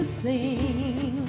sing